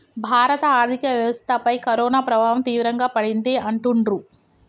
భారత ఆర్థిక వ్యవస్థపై కరోనా ప్రభావం తీవ్రంగా పడింది అంటుండ్రు